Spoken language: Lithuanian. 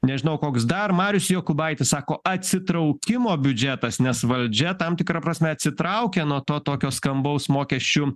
nežinau koks dar marius jokūbaitis sako atsitraukimo biudžetas nes valdžia tam tikra prasme atsitraukia nuo to tokio skambaus mokesčių